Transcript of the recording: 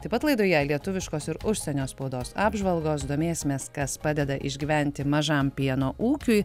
taip pat laidoje lietuviškos ir užsienio spaudos apžvalgos domėsimės kas padeda išgyventi mažam pieno ūkiui